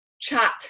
chat